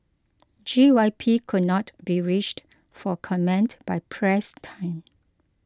G Y P could not be reached for comment by press time